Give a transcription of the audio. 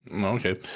Okay